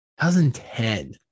2010